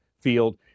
field